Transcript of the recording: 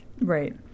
Right